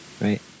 right